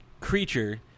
creature